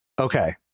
Okay